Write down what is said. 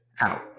out